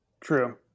true